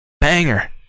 banger